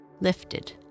lifted